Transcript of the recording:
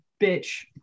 bitch